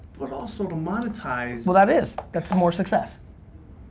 but also to monetize. well that is. that's more success.